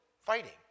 Fighting